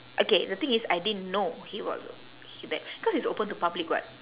okay the thing is I didn't know he was a he that because it's open to public what